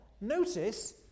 notice